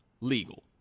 legal